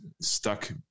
stuck